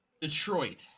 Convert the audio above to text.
Detroit